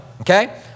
okay